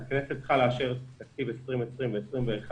הכנסת צריכה לאשר את תקציב 2020 ו-2021